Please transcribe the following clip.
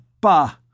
bah